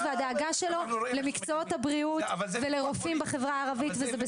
והדאגה שלו למקצועות הבריאות ולרופאים בחברה הערבית.